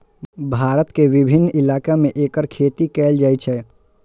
भारत के विभिन्न इलाका मे एकर खेती कैल जाइ छै